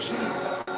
Jesus